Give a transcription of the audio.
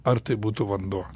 ar tai būtų vanduo